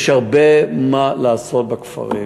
יש הרבה מה לעשות בכפרים.